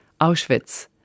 Auschwitz